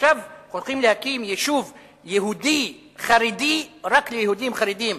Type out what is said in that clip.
עכשיו הולכים להקים יישוב יהודי חרדי רק ליהודים חרדים,